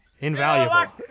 Invaluable